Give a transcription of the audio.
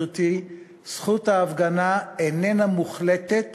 זכות ההפגנה איננה מוחלטת